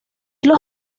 los